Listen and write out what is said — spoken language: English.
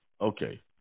Okay